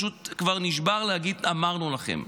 כבר פשוט נשבר להגיד "אמרנו לכם".